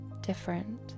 different